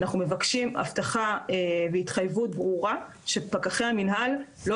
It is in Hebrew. אנחנו מבקשים הבטחה והתחייבות ברורה שפקחי המנהל לא